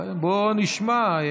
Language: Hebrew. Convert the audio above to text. בוא נשמע.